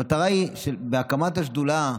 המטרה של הקמת השדולה,